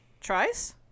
tries